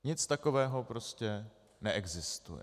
Nic takového prostě neexistuje.